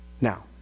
Now